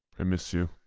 i miss you.